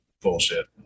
Bullshit